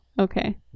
Okay